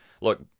Look